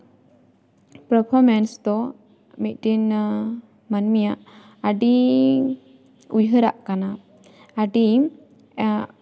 performance ᱫᱚ ᱢᱤᱫᱴᱤᱱ ᱢᱟᱹᱱᱢᱤᱭᱟᱜ ᱟᱹᱰᱤ ᱩᱭᱦᱟᱹᱨᱟᱜ ᱠᱟᱱᱟ ᱟᱹᱰᱤ